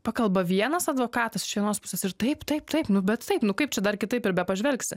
pakalba vienas advokatas iš vienos pusės ir taip taip taip nu bet taip nu kaip čia dar kitaip ir bepažvelgsi